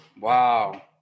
wow